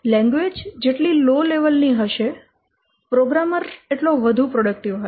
language જેટલી low level ની હશે પ્રોગ્રામર એટલો વધુ પ્રોડક્ટીવ હશે